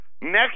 Next